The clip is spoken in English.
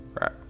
Right